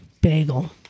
bagel